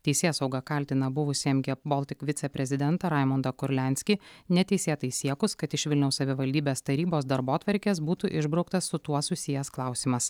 teisėsauga kaltina buvusį em gie boltik viceprezidentą raimondą kurlianskį neteisėtai siekus kad iš vilniaus savivaldybės tarybos darbotvarkės būtų išbrauktas su tuo susijęs klausimas